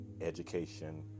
Education